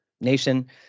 nation